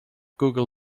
google